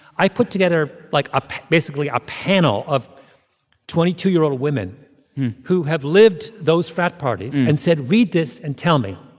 i put together, like, ah basically a panel of twenty two year old women who have lived those frat parties and said, read this and tell me.